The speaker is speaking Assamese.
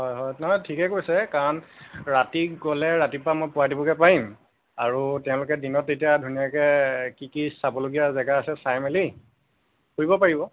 হয় হয় নহয় ঠিকে কৈছে কাৰণ ৰাতি গ'লে ৰাতিপুৱা মই পোৱাই দিবগৈ পাৰিম আৰু তেওঁলোকে দিনত তেতিয়া ধুনীয়াকৈ কি কি চাবলগীয়া জেগা আছে চাই মেলি ফুৰিব পাৰিব